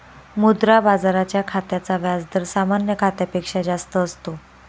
मुद्रा बाजाराच्या खात्याचा व्याज दर सामान्य खात्यापेक्षा जास्त असतो